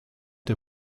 der